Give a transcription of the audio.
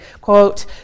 quote